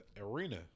arena